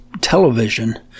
television